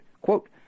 quote